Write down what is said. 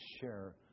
share